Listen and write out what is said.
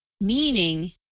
Meaning